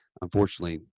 unfortunately